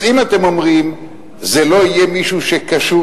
אז אם אתם אומרים "זה לא יהיה מישהו שקשור